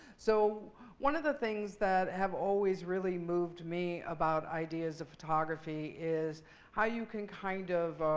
so one of the things that have always really moved me about ideas of photography is how you can, kind of,